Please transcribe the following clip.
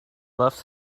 left